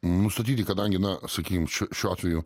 nustatyti kadangi na sakykim čia šiuo atveju